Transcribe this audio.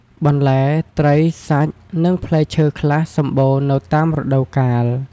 បន្លែ ត្រី សាច់ និងផ្លែឈើខ្លះសម្បូរនៅតាមរដូវកាល។